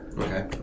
Okay